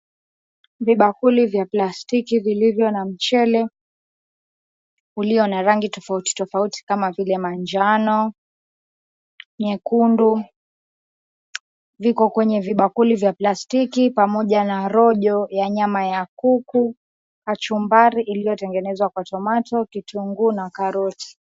Vibakuli vya plastiki vilivyo na mchele ulio na rangi tofauti tofauti kama vile manjano, nyekundu, viko kwenye vibakuli vya plastiki pamoja na rojo ya nyama ya kuku, kachumbari iliyotengenezwa kwa tomato , kitunguu na karoti.